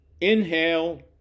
inhale